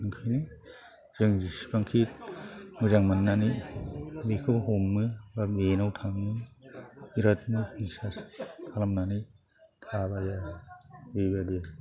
ओंखायनो जों जेसिबांखि मोजां मोनानै बिखौ हमो बा बेनाव थाङो बिरादनो बिसास खालामनानै थाबाय आरो बेबादि